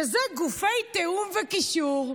שזה גופי תיאום וקישור.